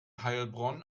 heilbronn